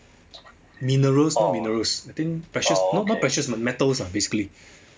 minerals or minerals I think precious n~ n~ not precious ah but metals ah basically